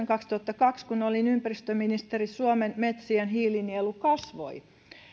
kaksituhattakaksi kun olin ympäristöministeri suomen metsien hiilinielu kasvoi